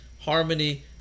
harmony